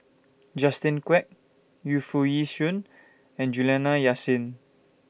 Justin Quek Yu Foo Yee Shoon and Juliana Yasin